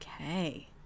Okay